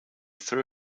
threw